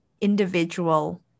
individual